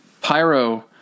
Pyro